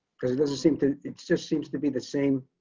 because it doesn't seem to it's just seems to be the same.